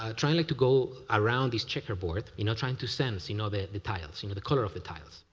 ah trying like to go around this checkerboard and you know trying to sense you know the the tiles, you know the color of the tiles,